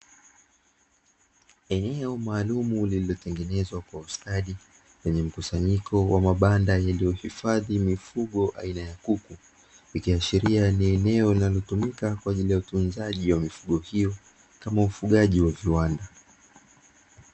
Eneo maalumu lililotengenezwa kwa ustadi lenye mkusanyiko wa mabanda yaliyohifadhi mifugo aina ya kuku, ikiashiria ni eneo linalotumika kwa ajili ya utunzaji wa mifugo hiyo kama ufugaji wa viwanda.